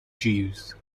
jews